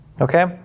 Okay